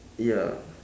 ya